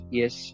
yes